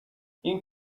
این